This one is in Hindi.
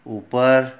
ऊपर